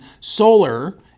solar